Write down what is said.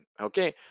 okay